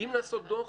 אם לעשות דוח,